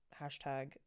hashtag